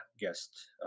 guest